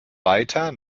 weiter